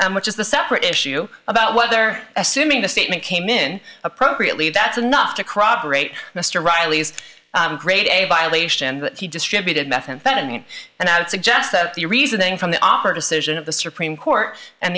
which is the separate issue about whether assuming the statement came in appropriately that's enough to crop rate mr riley's great a violation that he distributed methamphetamine and i would suggest that the reasoning from the offer decision of the supreme court and